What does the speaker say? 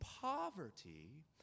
poverty